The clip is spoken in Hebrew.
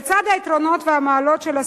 לצד היתרונות והמעלות של הסלולרי,